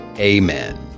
Amen